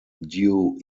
due